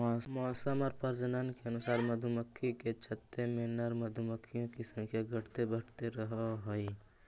मौसम और प्रजनन के अनुसार मधुमक्खी के छत्ते में नर मधुमक्खियों की संख्या घटते बढ़ते रहअ हई